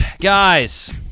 guys